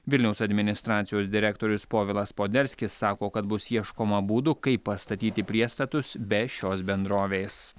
vilniaus administracijos direktorius povilas poderskis sako kad bus ieškoma būdų kaip pastatyti priestatus be šios bendrovės